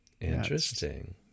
interesting